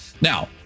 Now